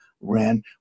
ran